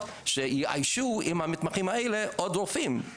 שיאיישו עם המתמחים האלה עוד רופאים.